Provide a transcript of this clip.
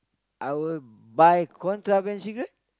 I will buy contraband cigarette